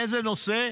באיזה נושא?